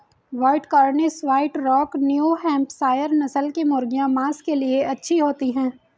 white Cornish, White Rock, New Hampshire नस्ल की मुर्गियाँ माँस के लिए अच्छी होती हैं